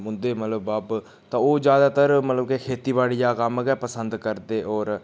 उं'दे मतलब बब्ब ते ओह् ज्यादातर मतलब कि खेतीबाड़ी दा कम्म गै पसंद करदे होर